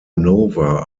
nova